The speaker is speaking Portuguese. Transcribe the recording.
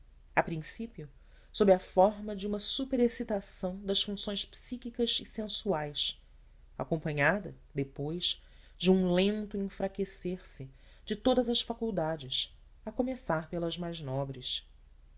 a princípio sob a forma de uma superexcitação das funções psíquicas e sensuais acompanhada depois de um lento enfraquecer se de todas as faculdades a começar pelas mais nobres